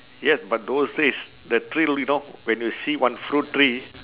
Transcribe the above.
yes but those days the thrill you know when you see one fruit tree